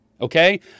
okay